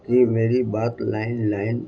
جی میری بات line line